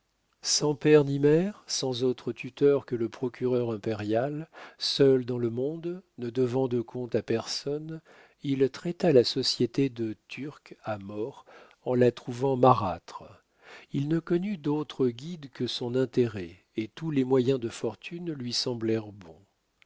sans père ni mère sans autre tuteur que le procureur impérial seul dans le monde ne devant de comptes à personne il traita la société de turc à more en la trouvant marâtre il ne connut d'autre guide que son intérêt et tous les moyens de fortune lui semblèrent bons